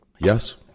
yes